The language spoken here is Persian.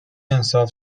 انصاف